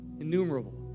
innumerable